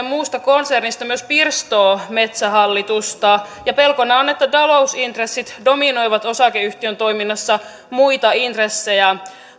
muusta konsernista myös pirstoo metsähallitusta ja pelkona on että talousintressit dominoivat osakeyhtiön toiminnassa muita intressejä